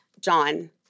John